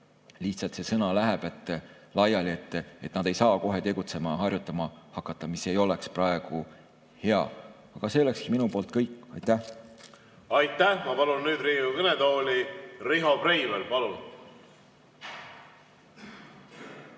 lihtsalt sõna läheb laiali, et nad ei saa kohe tegutsema, harjutama hakata. See ei oleks praegu hea. Aga see olekski minu poolt kõik. Aitäh! Aitäh! Ma palun nüüd Riigikogu kõnetooli Riho Breiveli.